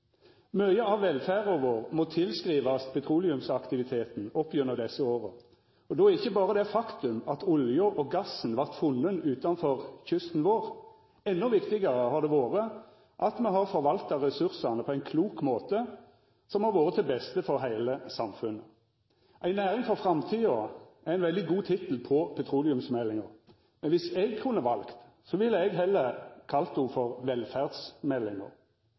av velferda vår må tilskrivast petroleumsaktiviteten opp gjennom desse åra og ikkje berre det faktum at olja og gassen vart funne utanfor kysten vår. Endå viktigare har det vore at me har forvalta ressursane på ein klok måte, som har vore til beste for heile samfunnet. «En næring for framtida» er ein veldig god tittel på petroleumsmeldinga, men viss eg kunne valt, ville eg heller kalla ho for